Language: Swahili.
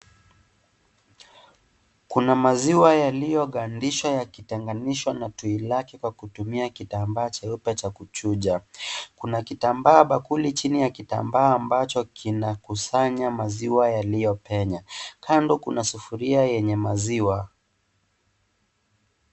Kuna maziwa yaliyogandishwa yakitenganishwa na tui lake kwa kutumia kitambaa jeupe cha kuchuja, kuna kitambaa bakuli chini ya kitambaa ambacho kinakusanya maziwa yaliyopenya, kando kuna sufuria ya maziwa.